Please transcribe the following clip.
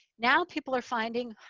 now people are finding.